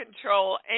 control